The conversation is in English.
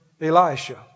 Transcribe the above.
Elisha